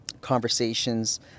conversations